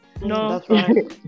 No